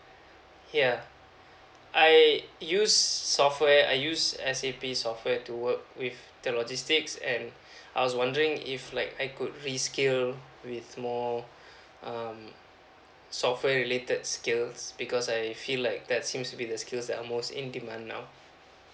yeuh I use software I used S_A_P software to work with the logistics and I was wondering if like I could reskill with more um software related skills because I feel like that seems to be the skills that most in demand now